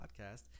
podcast